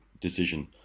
decision